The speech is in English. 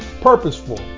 purposeful